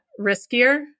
riskier